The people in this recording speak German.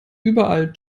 überall